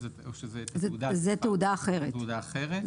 זו תעודה אחרת.